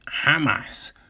Hamas